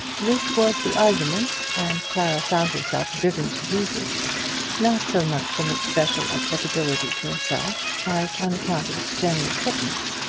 this was the argument, and clara found herself driven to use it not so much from its special applicability to herself, as on account of its general fitness.